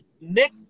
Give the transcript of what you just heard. Nick